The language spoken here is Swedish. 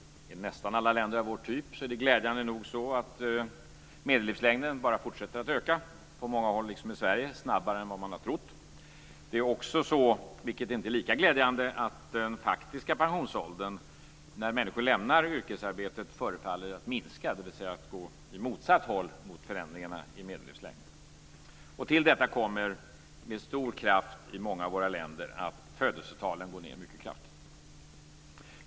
I nästan alla länder av vår typ är det glädjande nog så att medellivslängden bara fortsätter att öka - på många håll, liksom i Sverige, snabbare än vad man har trott. Det är också så, vilket inte är lika glädjande, att den faktiska ålder när människor lämnar yrkesarbetet förefaller att sjunka, dvs. att gå åt motsatt håll än vad som gäller för medellivslängden. Till detta kommer med stor kraft i många av våra länder att födelsetalen går ned mycket kraftigt.